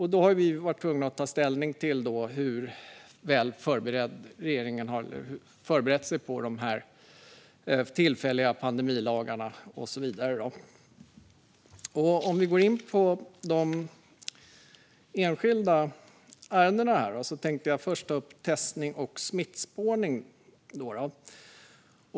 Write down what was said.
Här har vi varit tvungna att ta ställning till hur väl regeringen hade förberett sig inför de tillfälliga pandemilagarna och så vidare. Låt mig då komma in på de enskilda ärendena. Jag tänkte först ta upp testning och smittspårning.